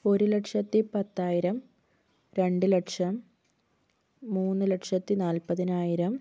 ഒരു ലക്ഷത്തി പത്തായിരം രണ്ട് ലക്ഷം മൂന്ന് ലക്ഷത്തി നാൽപ്പതിനായിരം